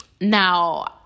now